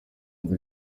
dore